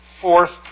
Fourth